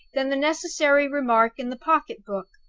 than the necessary remark in the pocket-book.